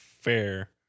Fair